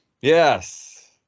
Yes